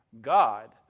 God